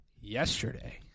Yesterday